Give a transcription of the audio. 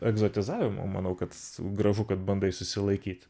egzotizavimo manau kad gražu kad bandai susilaikyt